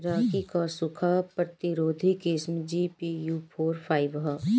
रागी क सूखा प्रतिरोधी किस्म जी.पी.यू फोर फाइव ह?